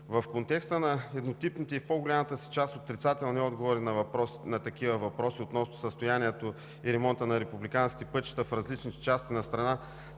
В контекста на еднотипните и в по-голямата си част отрицателни отговори на такива въпроси относно състоянието и ремонта на републикански пътища в различни части на страната,